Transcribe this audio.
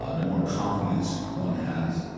ah the more confidence one has.